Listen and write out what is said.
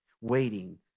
waiting